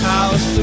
House